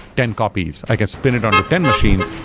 ten copies, i can spin it under ten machines,